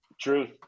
truth